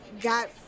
got